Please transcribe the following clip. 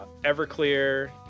Everclear